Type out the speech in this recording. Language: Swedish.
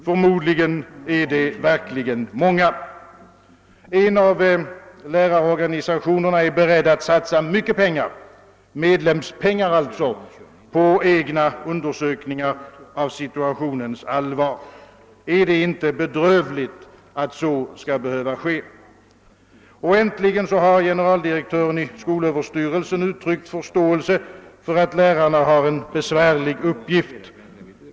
Förmodligen är det många. En av lärarorganisationerna är beredd att satsa mycket pengar, medlemspengar alltså, på egna undersökningar av situationens allvar. Är det inte bedrövligt att så skall behöva ske? Och äntligen har generaldirektören i skolöverstyrelsen uttryckt förståelse för att lärarna har en besvärlig uppgift.